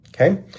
okay